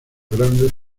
grandes